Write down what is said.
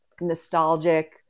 nostalgic